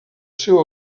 seu